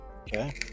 Okay